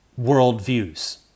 worldviews